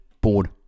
bored